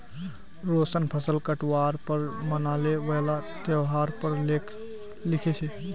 रोशन फसल काटवार पर मनाने वाला त्योहार पर लेख लिखे छे